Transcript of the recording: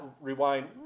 rewind